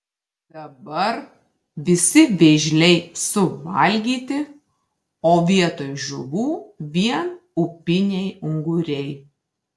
dabar visi vėžliai suvalgyti o vietoj žuvų vien upiniai unguriai